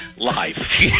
life